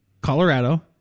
Colorado